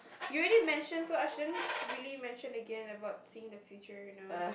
you already mention so I shouldn't really mention again about seeing the future you know